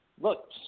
look